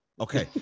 Okay